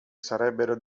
sarebbero